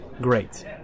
great